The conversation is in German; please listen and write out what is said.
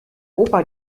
opa